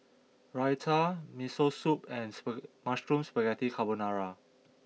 Raita Miso Soup and Mushroom Spaghetti Carbonara